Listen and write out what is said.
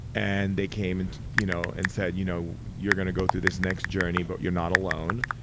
and they came and you know and said, you know you're going to go through this next journey but you're not alone.